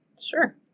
Sure